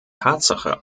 tatsache